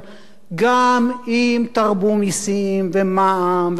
גם אם תרבו מסים, ומע"מ, ומכסים,